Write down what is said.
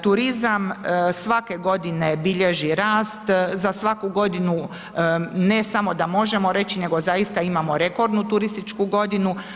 Turizam svake godine bilježi rast, za svaku godinu, ne samo da možemo reći nego zaista imamo rekordnu turističku godinu.